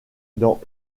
dans